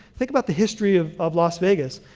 think about the history of of las vegas.